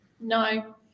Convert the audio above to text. no